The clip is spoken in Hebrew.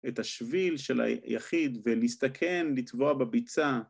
‫את השביל של היחיד ‫ולהסתכן לטבוע בביצה.